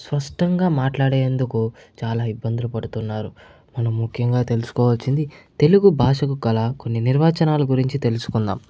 స్పష్టంగా మాట్లాడేందుకు చాలా ఇబ్బందులు పడుతున్నారు మనం ముఖ్యంగా తెలుసుకోవాల్సింది తెలుగు భాషకు గల కొన్ని నిర్వచనాలు గురించి తెలుసుకుందాం